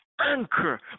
anchor